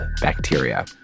Bacteria